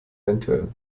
evtl